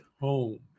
home